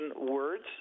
words